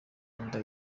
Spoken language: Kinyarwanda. inda